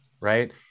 Right